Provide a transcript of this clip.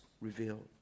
revealed